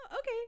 Okay